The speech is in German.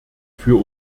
für